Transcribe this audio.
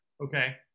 Okay